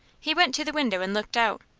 he went to the window and looked out,